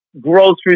grocery